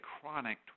chronic